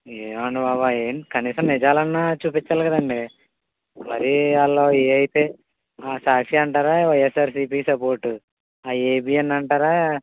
ఏమోనండీ బాబు అవి కనీసం నిజాలన్నా చూపించాలి కదండీ మరీ వాళ్ళు ఏవైతే సాక్షి అంటారా వైఎస్సార్సీపీకి సపోర్ట్ ఏబిఎన్ అంటారా